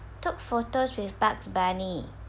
took photos with bugs bunny